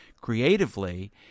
creatively